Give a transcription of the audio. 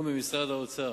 אני מודה לסגן שר האוצר.